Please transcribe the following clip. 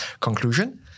conclusion